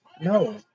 no